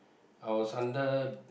I was under